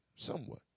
Somewhat